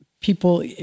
people